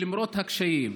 שלמרות הקשיים,